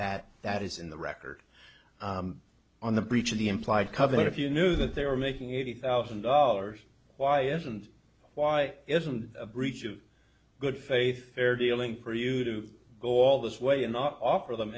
that that is in the record on the breach of the implied covenant if you knew that they were making eighty thousand dollars why isn't why isn't a breach of good faith fair dealing preview to all this way and not offer them